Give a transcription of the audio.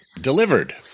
delivered